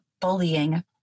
bullying